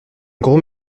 groom